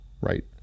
right